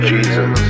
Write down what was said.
Jesus